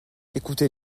écoutez